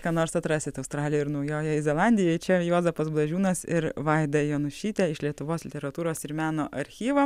ką nors atrasit australijoj ir naujojoj zelandijoj čia juozapas blažiūnas ir vaida jonušytė iš lietuvos literatūros ir meno archyvo